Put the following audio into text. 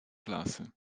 klasy